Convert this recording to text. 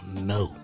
No